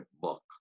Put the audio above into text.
book